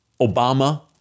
Obama